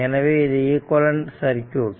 எனவே இது equivalent circuit